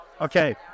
Okay